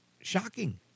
Shocking